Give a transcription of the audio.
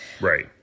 Right